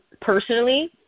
Personally